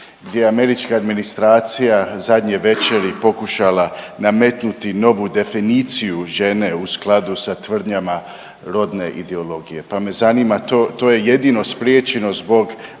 gdje je američka administracija zadnje večeri pokušala nametnuti novu definiciju žene u skladu sa tvrdnjama rodne ideologije. Pa me zanima to je jedino spriječeno zbog